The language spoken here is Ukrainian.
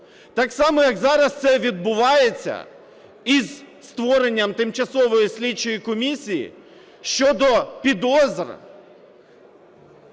Так само, як зараз, це відбувається із створенням тимчасової слідчої комісії щодо підозр,